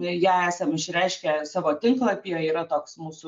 ją esam išreiškę savo tinklapyje yra toks mūsų